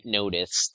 noticed